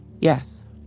Yes